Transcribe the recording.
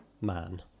man